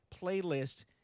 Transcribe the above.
playlist